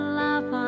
love